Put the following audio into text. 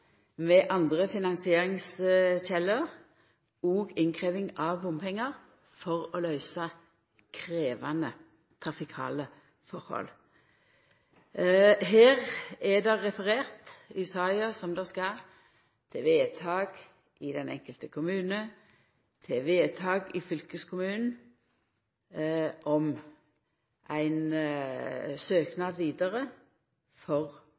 med andre finansieringskjelder, òg med innkrevjing av bompengar, for å løysa krevjande trafikale forhold. Her er det referert i saka, som det skal, til vedtak i den enkelte kommune og til vedtak i fylkeskommunen om ein søknad vidare for